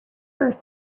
earth